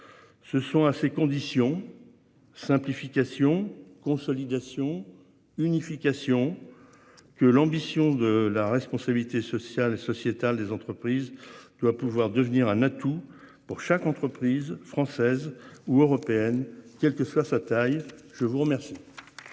Ce sont à ces conditions simplification consolidation unification. Que l'ambition de la responsabilité sociale et sociétale des entreprises doit pouvoir devenir un atout pour chaque entreprise française ou européenne, quelle que soit sa taille, je vous remercie.